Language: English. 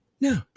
No